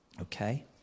Okay